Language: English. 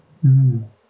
mm